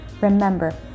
Remember